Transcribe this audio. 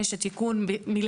זה לא